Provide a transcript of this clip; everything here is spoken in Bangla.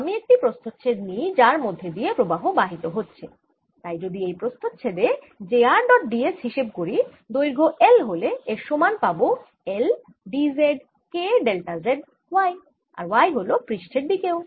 আমি একটি প্রস্থচ্ছেদ নিই যার মধ্যে দিয়ে প্রবাহ বাহিত হচ্ছে তাই যদি এই প্রস্থচ্ছেদে j r dot d s হিসেব করি দৈর্ঘ্য L হলে এর সমান পাবো L d z K delta Z y আর y হল পৃষ্ঠের দিক ও